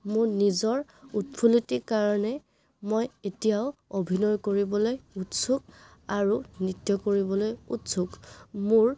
মোৰ নিজৰ উৎফুল্লতিৰ কাৰণে মই এতিয়াও অভিনয় কৰিবলৈ উৎসুক আৰু নৃত্য কৰিবলৈ উৎসুক মোৰ